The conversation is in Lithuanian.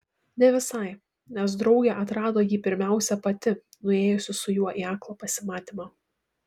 ne visai nes draugė atrado jį pirmiausia pati nuėjusi su juo į aklą pasimatymą